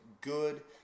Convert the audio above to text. good